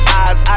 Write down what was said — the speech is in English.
eyes